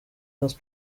dos